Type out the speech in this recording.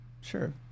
sure